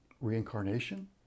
reincarnation